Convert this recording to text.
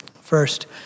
first